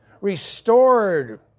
restored